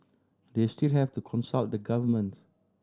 they still have to consult the government